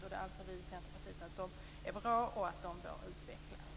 Vi i centerpartiet anser att de är bra och att de bör utvecklas.